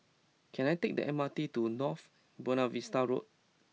can I take the M R T to North Buona Vista Road